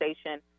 station